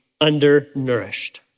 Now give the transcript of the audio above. undernourished